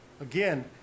again